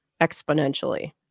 exponentially